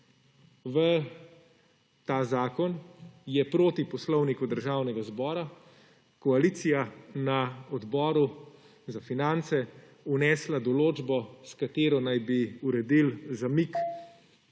V ta zakon je proti Poslovniku Državnega zbora koalicija na Odboru za finance vnesla določbo, s katero naj bi uredili zamik